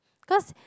cause